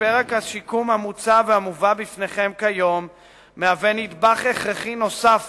שפרק השיקום המוצע והמובא בפניכם כיום מהווה נדבך הכרחי נוסף